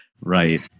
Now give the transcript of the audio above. Right